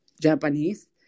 Japanese